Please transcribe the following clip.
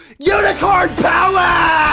unicorn power!